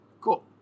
Cool